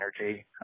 energy